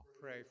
Pray